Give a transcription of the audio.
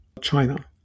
China